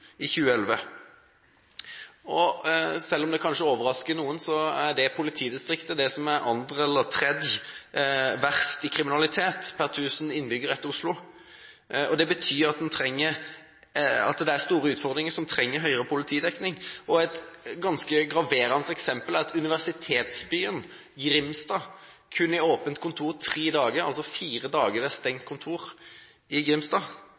i 2011. Selv om det kanskje overrasker noen, er det det politidistriktet som er det andre eller tredje verste når det gjelder kriminalitet per 1 000 innbyggere etter Oslo. Det betyr at det er store utfordringer, og at en trenger høyere politidekning. Et ganske graverende eksempel er universitetsbyen Grimstad, som kun har åpent kontor tre dager. Fire dager er kontoret stengt i Grimstad,